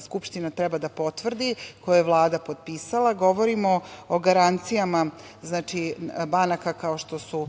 Skupština treba da potvrdi, koje je Vlada potpisala, govorimo o garancijama banaka kao što su